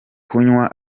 kunywa